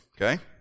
Okay